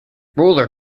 roller